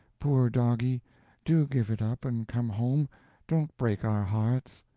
poor doggie do give it up and come home don't break our hearts!